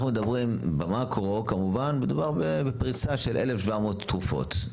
במקרו מדובר על פריסה של 1,700 תרופות.